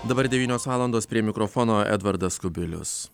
dabar devynios valandos prie mikrofono edvardas kubilius